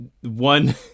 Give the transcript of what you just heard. one